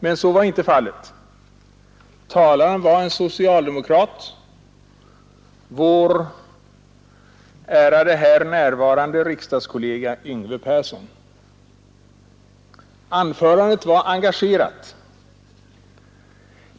Men så var inte fallet; talaren var en socialdemokrat, vår ärade här närvarande riksdagskollega Yngve Persson. Anförandet var engagerat.